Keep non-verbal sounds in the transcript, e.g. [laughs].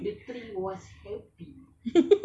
moving shaking [laughs]